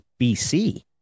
BC